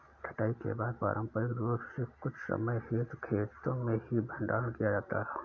कटाई के बाद पारंपरिक रूप से कुछ समय हेतु खेतो में ही भंडारण किया जाता था